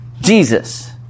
Jesus